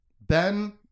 Ben